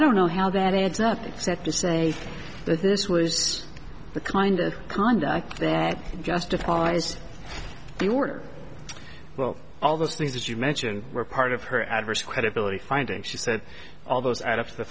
don't know how that adds up except to say that this was the kind of conduct that justifies the order well all those things that you mentioned were part of her adverse credibility finding she said all those add up to the